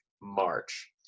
March